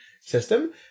system